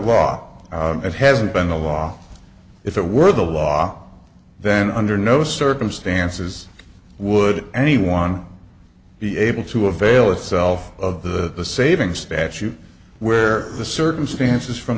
law it hasn't been the law if it were the law then under no circumstances would anyone be able to avail itself of the saving statute where the circumstances from